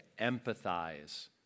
empathize